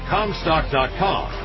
Comstock.com